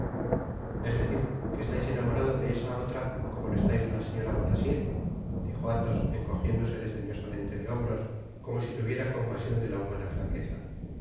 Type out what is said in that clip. es decir que estais enamorado de esa otra como lo estabais de la señora bonacieux dijo athos encojiéndose desdeñosamente de hombros como si tuviera compasion de la humana flaqueza